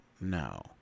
No